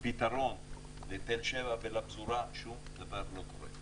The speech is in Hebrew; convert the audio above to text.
פתרון לתל שבע ולפזורה, ושום דבר לא קורה.